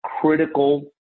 critical